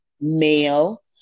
male